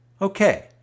Okay